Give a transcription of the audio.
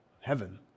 heaven